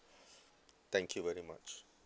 thank you very much